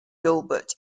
gilbert